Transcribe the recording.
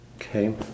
okay